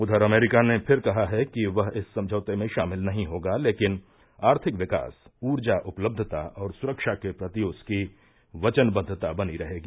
उधर अमरीका ने फिर कहा है कि वह इस समझौते में शामिल नहीं होगा लेकिन आर्थिक विकास ऊर्जा उपलब्धता और सुरक्षा के प्रति उसकी वचनबद्वता बनी रहेगी